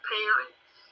parents